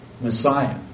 Messiah